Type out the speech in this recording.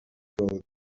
road